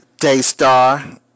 Daystar